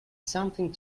something